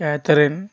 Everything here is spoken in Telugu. కేథరిన్